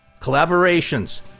collaborations